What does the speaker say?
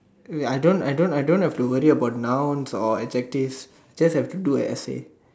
wait I don't I don't I don't have to worry about nouns or adjectives just have to do an essay